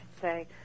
say